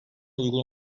uygun